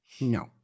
No